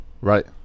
Right